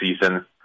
season